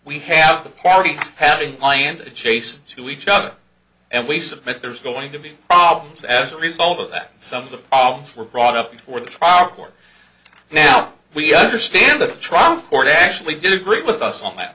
we have the party having land adjacent to each other and we submit there's going to be problems as a result of that some of the problems were brought up before the trial court now we understand that the trial court actually did agree with us on that